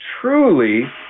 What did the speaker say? truly